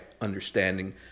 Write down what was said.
understanding